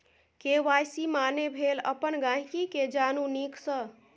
KYC माने भेल अपन गांहिकी केँ जानु नीक सँ